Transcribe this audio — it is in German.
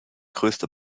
größte